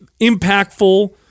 impactful